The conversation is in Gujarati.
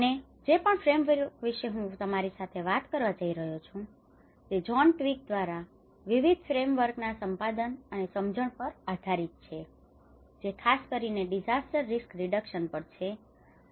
અને જે પણ ફ્રેમવર્ક વિશે હું તમારી સાથે વાત કરવા જઇ રહ્યો છું તે જ્હોન ટ્વિગ દ્વારા વિવિધ ફ્રેમવર્કના સંપાદન અને સમજણ પર આધારિત છે જે ખાસ કરીને ડીઝાસ્ટર રિસ્ક રિડકશન પર છે